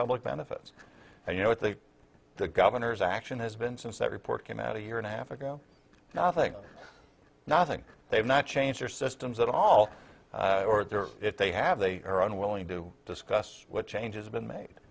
public benefits and you know if they the governor's action has been since that report came out a year and a half ago nothing nothing they've not changed their systems at all or if they have they are unwilling to discuss what changes have been made